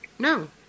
No